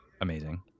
amazing